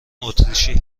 اتریشی